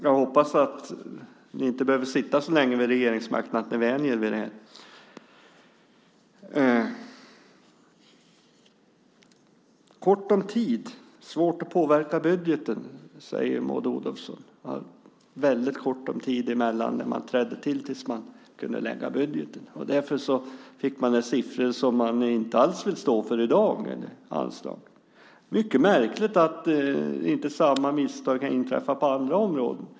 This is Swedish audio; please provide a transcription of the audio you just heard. Jag hoppas att de inte behöver sitta så länge vid makten att de vänjer sig vid det. Kort om tid och svårt att påverka budgeten, säger Maud Olofsson. Det var mycket kort om tid mellan det att de tillträdde och tills de kunde lägga fram budgeten, och därför fick de siffror som de i dag inte vill stå för när det gäller anslagen. Det är mycket märkligt att inte samma misstag inträffat på andra områden.